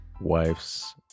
wife's